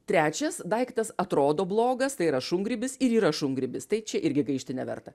trečias daiktas atrodo blogas tai yra šungrybis ir yra šungrybis tai čia irgi gaišti neverta